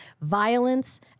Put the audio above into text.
violence